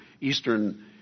eastern